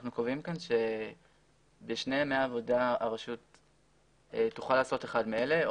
אנחנו קובעים כאן שבשני ימי עבודה הרשות תוכל לעשות אחד מאלה,